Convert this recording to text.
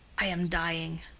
i am dying.